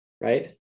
right